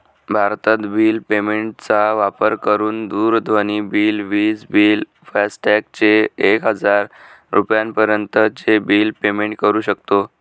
भारतत bill payment चा वापर करून दूरध्वनी बिल, विज बिल, फास्टॅग चे एक हजार रुपयापर्यंत चे बिल पेमेंट करू शकतो